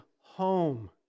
home